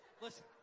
Listen